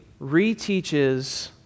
reteaches